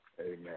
Amen